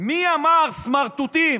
מי אמר "סמרטוטים"?